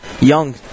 young